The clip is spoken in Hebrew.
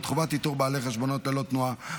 (חובת איתור בעלי חשבונות ללא תנועה),